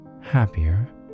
happier